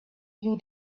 you